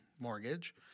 mortgage